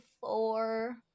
four